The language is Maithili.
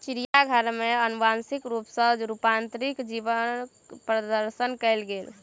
चिड़ियाघर में अनुवांशिक रूप सॅ रूपांतरित जीवक प्रदर्शन कयल गेल